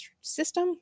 system